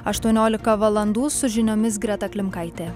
aštuoniolika valandų su žiniomis greta klimkaitė